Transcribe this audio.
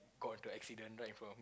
got into a accident right in front of me